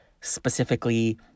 specifically